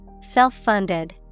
self-funded